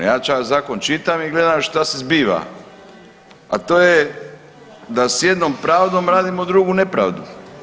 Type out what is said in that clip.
Ja zakon čitam i gledam šta se zbiva, a to je da s jednom pravdom radimo drugu nepravdu.